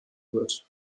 wird